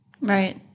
Right